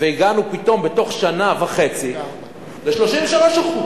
ובתוך שנה וחצי פתאום הגענו ל-33%.